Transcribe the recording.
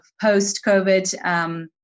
post-COVID